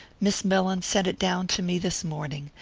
miss mellins sent it down to me this morning.